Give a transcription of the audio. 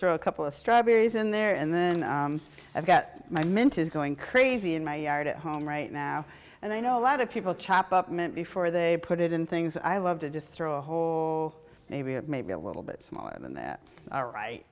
throw a couple astride berries in there and then i've got my mint is going crazy in my yard at home right now and i know a lot of people chop up meant before they put it in things i love to just throw a whole maybe a maybe a little bit smaller than that all right